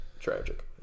Tragic